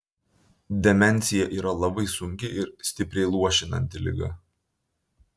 demencija yra labai sunki ir stipriai luošinanti liga